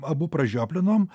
abu pražioplinom